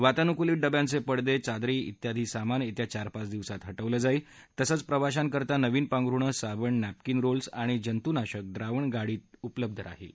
वातानुकुलित डब्यांचे पडदे चादरी िियादी सामान येत्या चार पाच दिवसात हटवण्यात येईल तसंच प्रवाशाकरता नवीन पांघरुणं साबण नॅपकिन रोल्स आणि जंतूनाशक द्रावण गाडीत उपलब्ध राहील